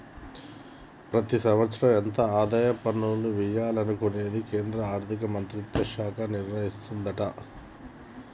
ప్రతి సంవత్సరం ఎంత ఆదాయ పన్నులను వియ్యాలనుకునేది కేంద్రా ఆర్థిక మంత్రిత్వ శాఖ నిర్ణయిస్తదట